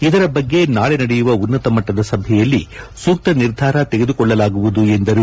ಇದರ ಬಬ್ಗೆ ನಾಳೆ ನಡೆಯುವ ಉನ್ನತ ಮಟ್ಟದ ಸಭೆಯಲ್ಲಿ ಸೂಕ್ತ ನಿರ್ಧಾರ ತೆಗೆದುಕೊಳ್ಳಲಾಗುವುದು ಎಂದರು